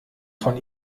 von